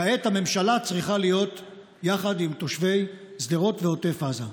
כעת הממשלה צריכה להיות יחד עם תושבי שדרות ועוטף עזה.